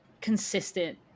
consistent